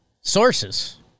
Sources